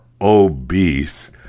obese